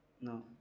No